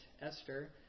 Esther